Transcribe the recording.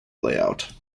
layout